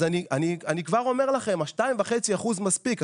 אני כבר אומר לכם שה-2.5 אחוזים מספיקים.